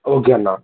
okay అన్న